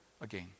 again